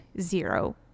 zero